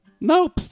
Nope